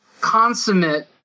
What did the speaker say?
consummate